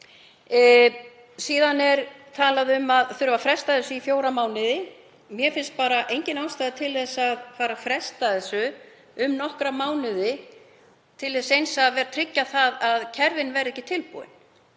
Síðan er talað um að fresta þurfi þessu í fjóra mánuði. Mér finnst engin ástæða til að fara að fresta þessu um nokkra mánuði til þess eins að tryggja að kerfin verði tilbúin.